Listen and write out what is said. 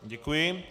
Děkuji.